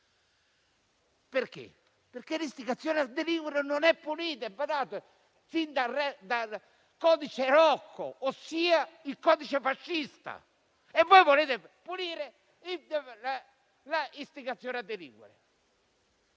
Ciò perché l'istigazione a delinquere non è punita, fin dal codice Rocco, ossia quello fascista. E voi volete punire l'istigazione a delinquere.